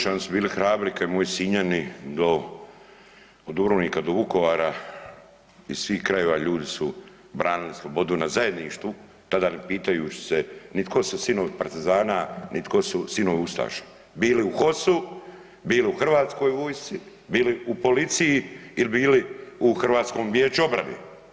Da, Imoćani su bili hrabri ka i moji Sinjani od Dubrovnika do Vukovara, iz svih krajeva ljudi su branili slobodu na zajedništvu tada ne pitajući se ni tko su sinovi partizana, ni tko su sinovi ustaša, bili u HOS-u, bili u Hrvatskoj vojsci, bili u policiji ili bili u Hrvatskom vijeću obrane.